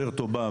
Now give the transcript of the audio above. יותר טובה,